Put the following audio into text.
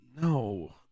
No